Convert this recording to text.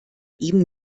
ihm